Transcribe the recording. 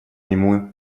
ему